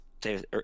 David